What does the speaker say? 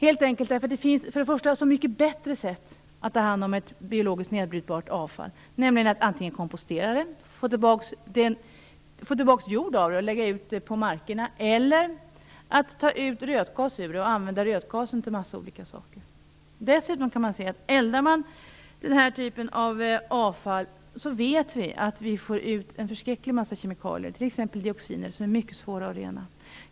Det finns så mycket bättre sätt att ta hand om biologiskt nedbrytbart avfall. Antingen kan man nämligen kompostera det, så att det i stället blir jord av det. Den jorden kan sedan läggas ut på marker. Eller också kan man ta ut rötgas ur avfallet. Den rötgasen kan användas till en mängd olika saker. Dessutom: Eldar man den här typen av avfall blir det förskräckligt många kemikalier som kommer ut - t.ex. dioxiner, som det är mycket svårt att rena.